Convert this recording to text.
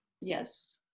yes